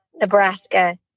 nebraska